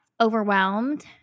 overwhelmed